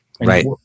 Right